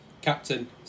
Captain